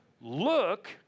look